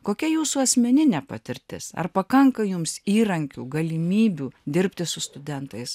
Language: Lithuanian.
kokia jūsų asmeninė patirtis ar pakanka jums įrankių galimybių dirbti su studentais